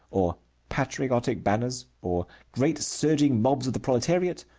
or patriotic banners, or great surging mobs of the proletariat,